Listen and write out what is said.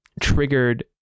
triggered